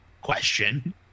question